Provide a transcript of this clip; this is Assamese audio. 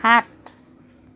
সাত